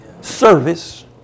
Service